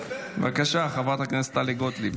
בבקשה, חברת הכנסת טלי גוטליב.